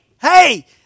hey